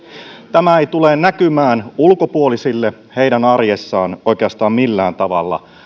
tämä ei tule näkymään ulkopuolisille heidän arjessaan oikeastaan millään tavalla